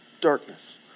Darkness